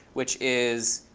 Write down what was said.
which is